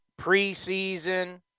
preseason